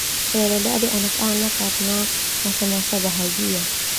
Hele dadi anak anak karena masa-masa bahagia.